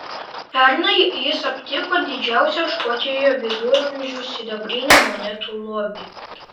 pernai jis aptiko didžiausią škotijoje viduramžių sidabrinių monetų lobį